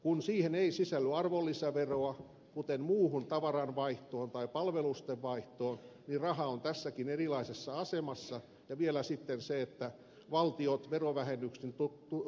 kun siihen ei sisälly arvonlisäveroa kuten muuhun tavaranvaihtoon tai palvelusten vaihtoon niin raha on tässäkin erilaisessa asemassa ja vielä sitten valtiot verovähennyksin tukevat velkaantumista